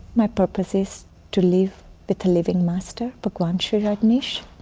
my purpose is to live with the living master, bhagwan shree rajneesh,